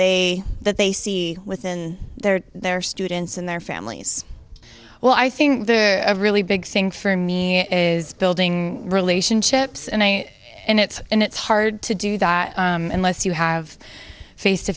they that they see within their their students and their families well i think the really big thing for me is building relationships and i and it and it's hard to do that unless you have face to